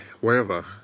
wherever